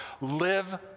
Live